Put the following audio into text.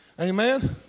Amen